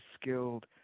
skilled